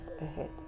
ahead